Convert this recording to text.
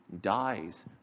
dies